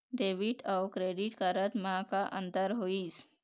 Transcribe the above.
Debit अऊ credit card म का अंतर होइस?